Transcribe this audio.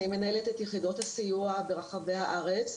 אני מנהלת את יחידות הסיוע ברחבי הארץ.